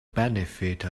benefit